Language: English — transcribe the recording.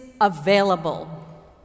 available